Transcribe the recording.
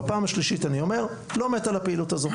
ובפעם השלישית אני אומר לא מת על הפעילות הזו,